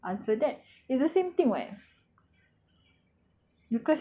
then how you you want to answer that it's the same thing [what]